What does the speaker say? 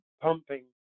pumping